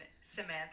Samantha